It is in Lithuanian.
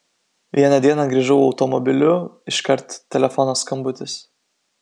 vieną dieną grįžau automobiliu iškart telefono skambutis